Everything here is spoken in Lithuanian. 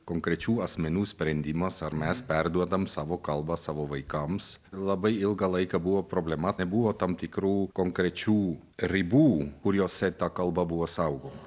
konkrečių asmenų sprendimas ar mes perduodam savo kalbą savo vaikams labai ilgą laiką buvo problema nebuvo tam tikrų konkrečių ribų kuriose ta kalba buvo saugoma